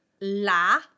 La